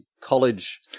college